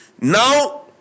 now